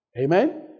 Amen